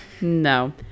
No